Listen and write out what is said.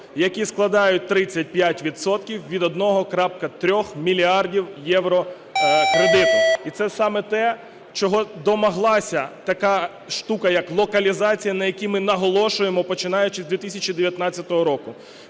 які складають 35 відсотків від 1.3 мільярдів євро кредиту. І це саме те, чого домоглася така штука як локалізація, на якій ми наголошуємо, починаючи з 2019 року.